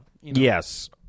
Yes